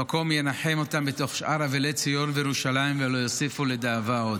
המקום ינחם אותם בתוך שאר אבלי ציון וירושלים ולא תוסיפו לדאבה עוד.